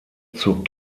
zur